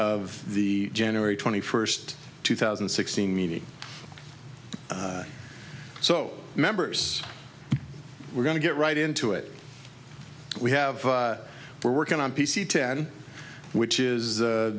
of the january twenty first two thousand and sixteen meeting so members we're going to get right into it we have we're working on p c ten which is